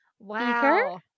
Wow